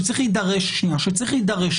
שצריך להידרש אליה,